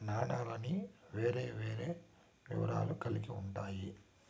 నాణాలన్నీ వేరే వేరే విలువలు కల్గి ఉంటాయి